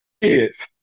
kids